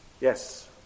yes